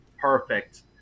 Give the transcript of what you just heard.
Perfect